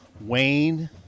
Wayne